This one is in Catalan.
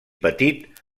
petit